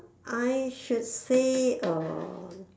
I should say um